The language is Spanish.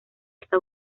hasta